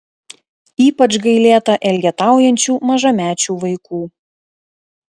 ypač gailėta elgetaujančių mažamečių vaikų